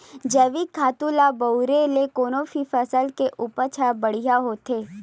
जइविक खातू ल बउरे ले कोनो भी फसल के उपज ह बड़िहा होथे